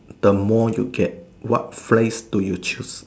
the more you get what phrase do you choose